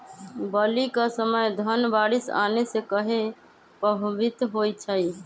बली क समय धन बारिस आने से कहे पभवित होई छई?